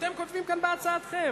אתם כותבים כאן בהצעתכם: